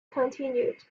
continued